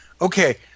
okay